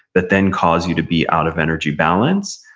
that then cause you to be out of energy balance.